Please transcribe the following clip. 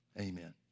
Amen